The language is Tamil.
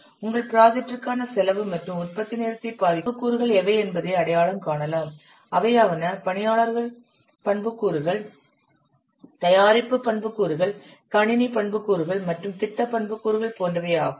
உங்கள் ப்ராஜெக்ட்டிற்கான செலவு மற்றும் உற்பத்தி நேரத்தை பாதிக்கும் பண்புக்கூறுகள் எவை என்பதை அடையாளம் காணலாம் அவையாவன பணியாளர்கள் பண்புக்கூறுகள் தயாரிப்பு பண்புக்கூறுகள் கணினி பண்புக்கூறுகள் மற்றும் திட்ட பண்புக்கூறுகள் போன்றவை ஆகும்